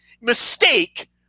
mistake